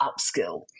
upskill